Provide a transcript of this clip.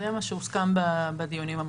זה מה שהוסכם בדיונים המקדימים.